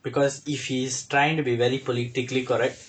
because if he's trying to be very politically correct